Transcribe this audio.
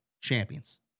champions